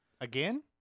again